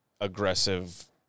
aggressive